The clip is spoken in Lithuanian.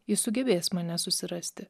jis sugebės mane susirasti